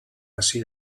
hasi